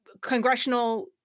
congressional